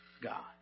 God